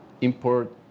import